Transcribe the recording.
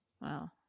Wow